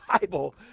Bible